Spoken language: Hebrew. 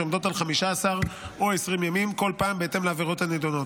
שעומדות על 15 או 20 ימים בכל פעם בהתאם לעבירות הנדונות.